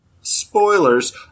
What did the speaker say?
spoilers